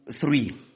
three